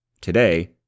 Today